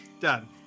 Done